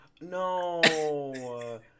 No